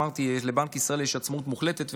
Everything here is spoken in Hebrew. אמרתי שלבנק ישראל יש עצמאות מוחלטת,